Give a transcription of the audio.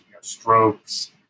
strokes